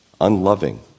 unloving